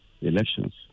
elections